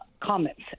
comments